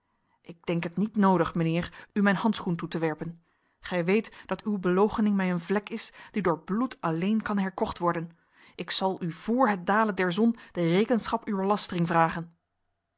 ik denk het niet nodig mijnheer u mijn handschoen toe te werpen gij weet dat uw beloochening mij een vlek is die door bloed alleen kan herkocht worden ik zal u vr het dalen der zon rekenschap uwer lastering vragen